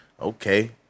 okay